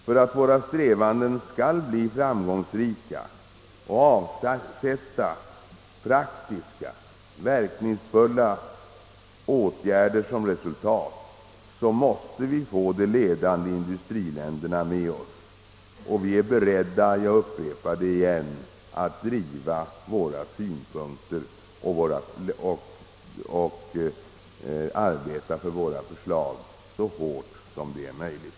För att våra strävanden skall bli framgångsrika och avsätta praktiska, verkningsfulla åtgärder som resultat måste vi få de ledande industriländerna med oss. Vi är be redda, jag upprepar detta, att driva våra synpunkter och arbeta för våra förslag så hårt som det är möjligt.